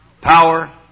power